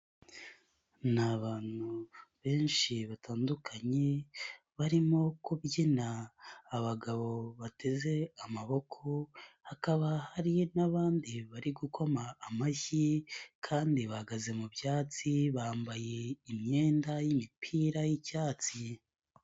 Ni abantu benshi batandukanye, barimo kubyina, abagabo bateze amaboko, hakaba hari n'abandi bari gukoma amashyi kandi bahagaze mu byatsi, bambaye imyenda y'imipira yicyatsi.